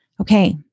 Okay